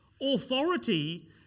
authority